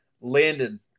Landon